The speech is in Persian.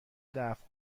دفع